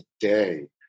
today